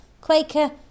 quaker